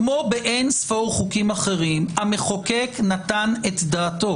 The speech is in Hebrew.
כמו באין ספור חוקים אחרים, המחוקק נתן את דעתו.